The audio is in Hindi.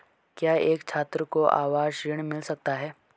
क्या एक छात्र को आवास ऋण मिल सकता है?